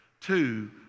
two